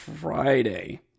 Friday